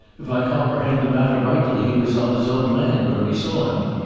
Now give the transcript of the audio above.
if i comprehend the matter rightly, he was on his own land when we saw him.